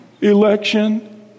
election